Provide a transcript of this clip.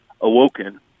awoken